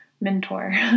mentor